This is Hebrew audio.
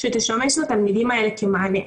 שתשמש לתלמידים האלה כמענה.